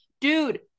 Dude